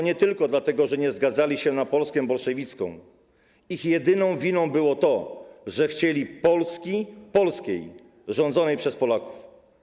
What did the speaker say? Nie tylko dlatego, że nie zgadzali się oni na Polskę bolszewicką, ich jedyną winą było to, że chcieli Polski polskiej, rządzonej przez Polaków.